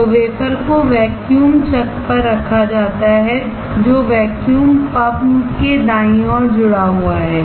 तो वेफर को vacuum chuck पर रखा जाता है जो वैक्यूम पंप के दाईं ओर जुड़ा हुआ है